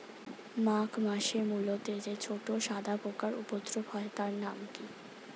মাঘ মাসে মূলোতে যে ছোট সাদা পোকার উপদ্রব হয় তার নাম কি?